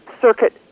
Circuit